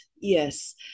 Yes